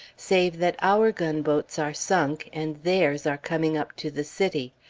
save that our gunboats are sunk, and theirs are coming up to the city.